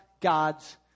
God's